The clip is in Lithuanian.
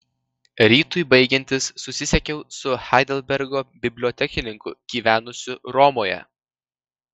rytui baigiantis susisiekiau su heidelbergo bibliotekininku gyvenusiu romoje